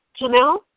Janelle